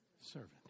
Servant